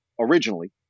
originally